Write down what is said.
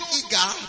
eager